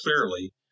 clearly